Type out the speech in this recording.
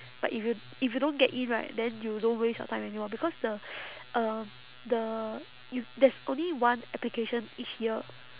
but if you if you don't get in right then you don't waste your time anymore because the um the u~ there's only one application each year